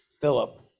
Philip